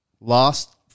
last